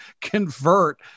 convert